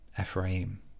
Ephraim